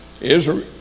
Israel